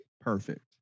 perfect